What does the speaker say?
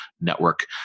network